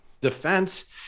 defense